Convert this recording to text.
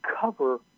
cover